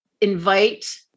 invite